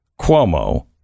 cuomo